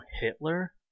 Hitler